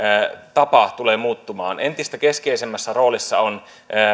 tapa tulee muuttumaan entistä keskeisemmässä roolissa on